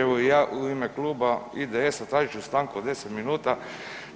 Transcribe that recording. Evo i ja u ime kluba IDS-a tražit ću stanku